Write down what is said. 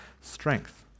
strength